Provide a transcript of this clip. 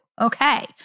Okay